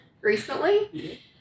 recently